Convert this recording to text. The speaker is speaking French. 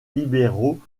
libéraux